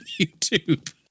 YouTube